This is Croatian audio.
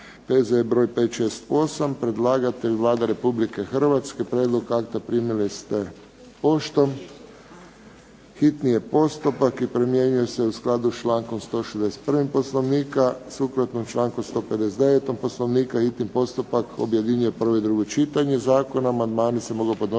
P.Z.E. br. 568. Predlagatelj Vlada Republike Hrvatske. Prijedlog akta primili ste poštom. Hitni je postupak i primjenjuje se u skladu s člankom 161. Poslovnika. Sukladno članku 159. Poslovnika hitni postupak objedinjuje prvo i drugo čitanje zakona. Amandmani se mogu podnositi